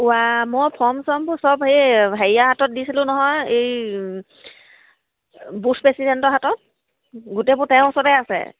ওৱা মই ফৰ্ম চৰ্ম সব হে হেৰিয়া হাতত দিছিলোঁ নহয় এই বুষ্ট পেচিডেণ্টৰ হাতত গোটেইবোৰ তেওঁৰ ওচৰতে আছে